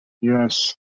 Yes